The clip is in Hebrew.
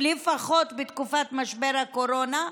לפחות בתקופת משבר הקורונה,